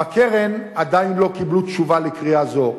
בקרן עדיין לא קיבלו תשובה על קריאה זו.